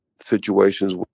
situations